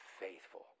faithful